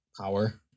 power